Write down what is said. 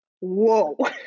whoa